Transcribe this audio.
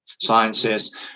sciences